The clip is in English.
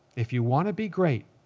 if you want to be great,